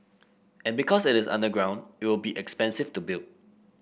and because it is underground it will be expensive to build